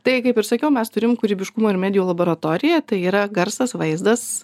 tai kaip ir sakiau mes turim kūrybiškumo ir medijų laboratoriją tai yra garsas vaizdas